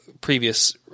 previous